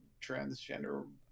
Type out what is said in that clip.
transgender